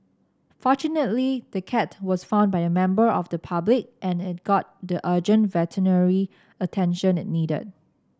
fortunately the cat was found by a member of the public and it got the urgent veterinary attention it needed